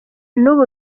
n’ubu